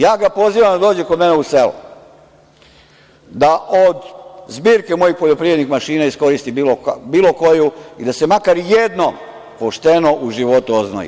Ja ga pozivam da dođe kod mene u selo, da od zbirke mojih poljoprivrednih mašina iskoristi bilo koju i da se makar jednom pošteno u životu oznoji.